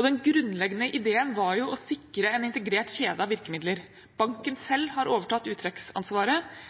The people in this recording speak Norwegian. Den grunnleggende ideen var å sikre en integrert kjede av virkemidler. Banken selv har overtatt uttrekksansvaret.